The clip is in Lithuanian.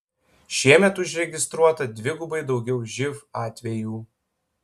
šiemet užregistruota dvigubai daugiau živ atvejų